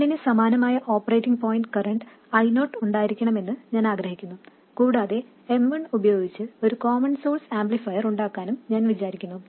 M1 ന് സമാനമായ operating point current I0 ഉണ്ടായിരിക്കണമെന്ന് ഞാൻ ആഗ്രഹിക്കുന്നു കൂടാതെ M1 ഉപയോഗിച്ച് ഒരു കോമൺ സോഴ്സ് ആംപ്ലിഫയർ ഉണ്ടാക്കാനും ഞാൻ വിചാരിക്കുന്നു